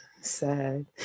Sad